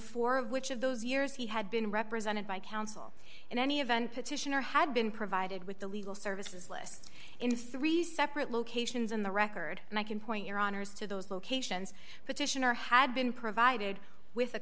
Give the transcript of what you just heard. four of which of those years he had been represented by counsel in any event petitioner had been provided with the legal services list in sri separate locations in the record and i can point your honour's to those locations petitioner had been provided with a